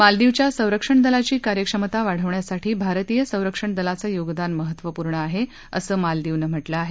मालदीवच्या संरक्षण दलाची कार्यक्षमता वाढवण्यासाठी भारतीय संरक्षण दलाचं योगदान महत्वपूर्ण आहे असं मालदीवनं म्हटलं आहे